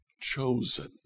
chosen